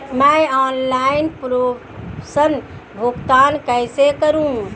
मैं ऑनलाइन प्रेषण भुगतान कैसे करूँ?